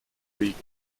liegen